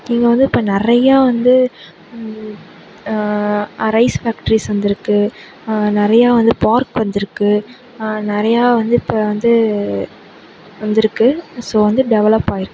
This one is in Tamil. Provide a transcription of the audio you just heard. இங்கே வந்து இப்போ நிறையா வந்து ரைஸ் ஃபேக்டரிஸ் வந்திருக்கு நிறையா வந்து பார்க் வந்திருக்கு நிறையா வந்து இப்போ வந்து வந்திருக்கு ஸோ வந்து டெவலப் ஆகிருக்கு